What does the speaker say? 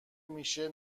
میشه